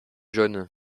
jaune